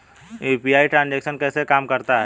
UPI transaction कैसे काम करता है?